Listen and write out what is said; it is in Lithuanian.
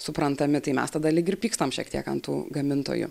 suprantami tai mes tada lyg ir pykstam šiek tiek ant tų gamintojų